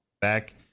back